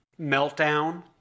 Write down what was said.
meltdown